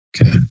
Okay